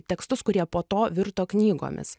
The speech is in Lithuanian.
tekstus kurie po to virto knygomis